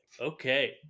okay